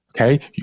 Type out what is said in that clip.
okay